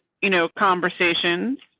you know, conversations